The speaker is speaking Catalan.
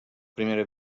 primera